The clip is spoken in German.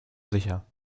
sicher